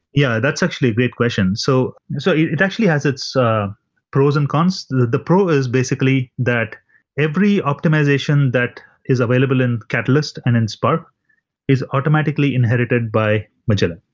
yeah, that's actually a great question. so so it actually has its ah pros and cons. the the pro is basically that every optimization that is available in catalyst and in spark is automatically inherited by magellan.